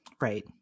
right